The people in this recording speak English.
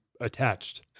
attached